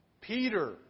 Peter